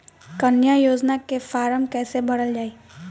कन्या योजना के फारम् कैसे भरल जाई?